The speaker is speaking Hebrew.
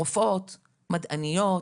רופאות, מדעניות.